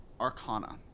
Arcana